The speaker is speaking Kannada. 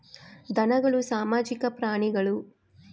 ಧನಗಳು ಸಾಮಾಜಿಕ ಪ್ರಾಣಿಗಳು